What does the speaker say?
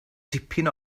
tipyn